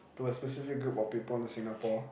to a specific group of people in Singapore